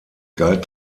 galt